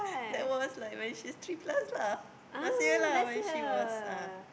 that was like when she's three plus lah last year lah when she was uh